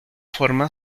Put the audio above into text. forma